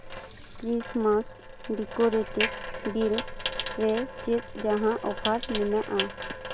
Christmas decorated bells ᱨᱮ ᱪᱮᱫ ᱡᱟᱦᱟᱸ ᱚᱯᱷᱟᱨ ᱢᱮᱱᱟᱜᱼᱟ